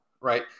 right